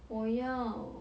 我要